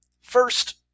first